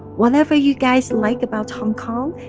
whatever you guys like about hong kong,